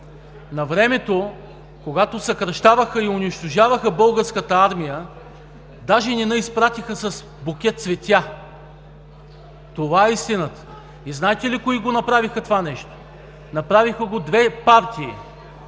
навремето, когато съкращаваха и унищожаваха Българската армия, даже не ни изпратиха с букет цветя – това е истината! И знаете ли кои направиха това нещо? Направиха го две партии